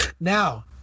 Now